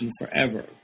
forever